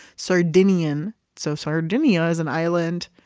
sardinian so sardinia is an island,